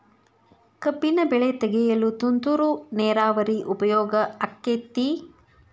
ಕಬ್ಬಿನ ಬೆಳೆ ತೆಗೆಯಲು ತುಂತುರು ನೇರಾವರಿ ಉಪಯೋಗ ಆಕ್ಕೆತ್ತಿ?